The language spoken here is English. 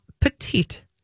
Petite